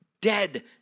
dead